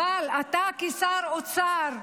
אבל אתה, כשר אוצר,